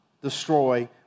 destroy